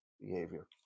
behavior